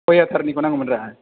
खयाथारनिखौ नांगौमोन रा